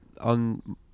on